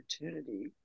opportunity